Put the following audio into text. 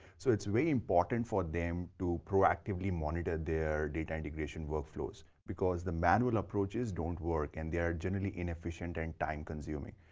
so, it's very important for them to proactively monitor their data integration workflows because the manual approaches don't work and they are generally inefficient and time-consuming.